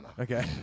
Okay